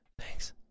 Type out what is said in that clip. Thanks